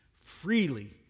freely